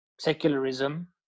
secularism